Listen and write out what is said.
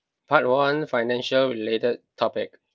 part one financial related topic